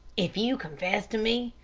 if you confess to me,